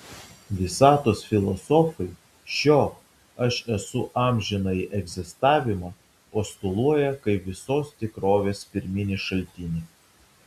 visatos filosofai šio aš esu amžinąjį egzistavimą postuluoja kaip visos tikrovės pirminį šaltinį